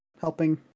helping